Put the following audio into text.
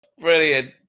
Brilliant